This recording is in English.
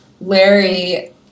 Larry